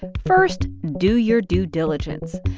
first, do your due diligence.